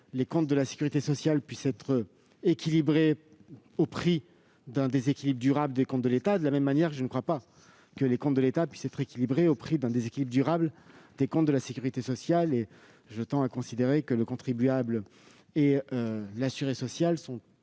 les comptes de la sécurité sociale puissent être équilibrés au prix d'un déséquilibre durable des comptes de l'État. De la même manière, je ne crois pas que les comptes de l'État puissent être équilibrés au prix d'un déséquilibre durable des comptes de la sécurité sociale. Le contribuable et l'assuré social sont